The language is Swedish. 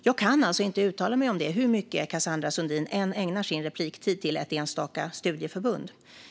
Jag kan alltså inte uttala mig om detta hur mycket Cassandra Sundin än ägnar sin talartid åt ett enstaka studieförbund.